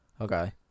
Okay